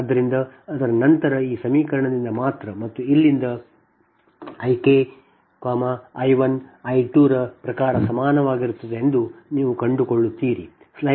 ಆದ್ದರಿಂದ ಅದರ ನಂತರ ನೀವು ಈ ಸಮೀಕರಣದಿಂದ ಮಾತ್ರ ಅಥವಾ ಇಲ್ಲಿಂದ I k I 1 I 2 ರ ಪ್ರಕಾರ ಸಮಾನವಾಗಿರುತ್ತದೆ ಎಂದು ನೀವು ಕಂಡುಕೊಳ್ಳುತ್ತೀರಿ